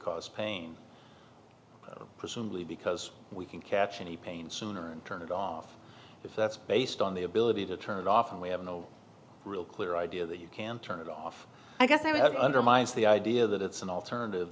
cause pain presumably because we can catch any pain sooner and turn it off if that's based on the ability to turn it off and we have no real clear idea that you can turn it off i guess i would have undermines the idea that it's an alternative